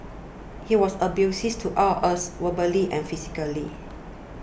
he was abuses to all us verbally and physically